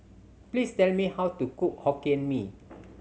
please tell me how to cook Hokkien Mee